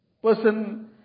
person